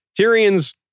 Tyrion's